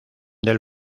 del